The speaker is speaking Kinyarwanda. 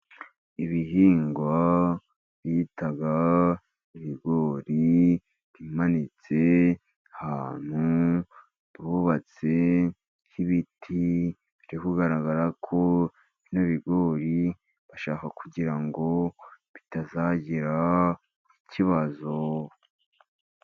Ibihingwa bita ibigori bimanitse ahantu bubatse, h'ibiti. Biri kugaragara ko bino bigori bashaka kugira ngo bitazagira ikibazo.